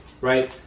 right